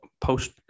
post